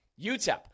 UTEP